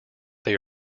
they